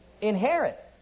inherit